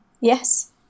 Yes